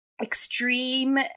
extreme